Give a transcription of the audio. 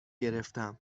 گرفتم